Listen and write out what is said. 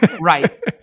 right